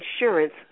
Insurance